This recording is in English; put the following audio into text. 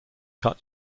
cut